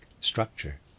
structure